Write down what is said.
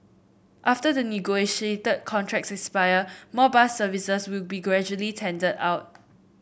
after the negotiated contracts expire more bus services will be gradually tendered out